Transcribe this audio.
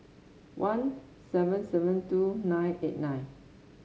one seven seven two nine eight nine